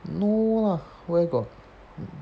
no lah where got